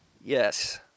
Yes